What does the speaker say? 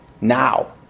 Now